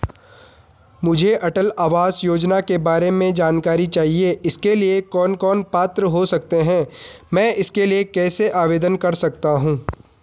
मुझे अटल आवास योजना के बारे में जानकारी चाहिए इसके लिए कौन कौन पात्र हो सकते हैं मैं इसके लिए कैसे आवेदन कर सकता हूँ?